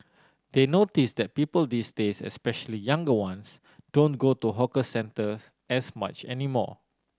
they notice that people these days especially younger ones don't go to hawker centres as much anymore